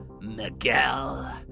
Miguel